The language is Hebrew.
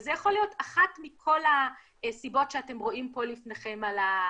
זה יכול להיות אחת מכל הסיבות שאתם רואים פה לפניכם בשקף.